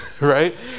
Right